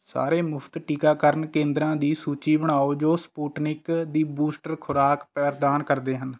ਸਾਰੇ ਮੁਫ਼ਤ ਟੀਕਾਕਰਨ ਕੇਂਦਰਾਂ ਦੀ ਸੂਚੀ ਬਣਾਓ ਜੋ ਸਪੁਟਨਿਕ ਦੀ ਬੂਸਟਰ ਖੁਰਾਕ ਪ੍ਰਦਾਨ ਕਰਦੇ ਹਨ